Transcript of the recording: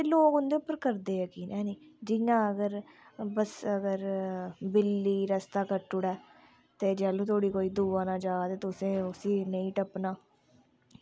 ते लोक उं'दे उप्पर करदे जकीन हैनी जियां अगर बस्सै पर बिल्ली रस्ता कट्टुड़ै ते जैल्लूं तोड़ी कोई दूआ ना जा ते तुसें उसी नेईं टप्पना